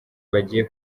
bagiye